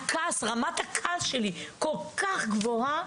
רמת הכעס שלי כל כך גבוהה,